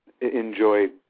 enjoy